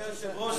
אדוני היושב-ראש,